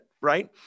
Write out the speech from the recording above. right